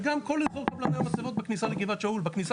וגם כל אזור קבלני המצבות בכניסה הראשית